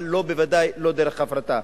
אבל בוודאי לא דרך הפרטה.